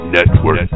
Network